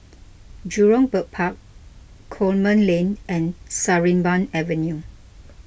Jurong Bird Park Coleman Lane and Sarimbun Avenue